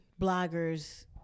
bloggers